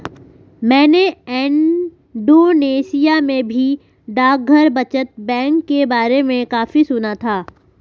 मैंने इंडोनेशिया में भी डाकघर बचत बैंक के बारे में काफी सुना था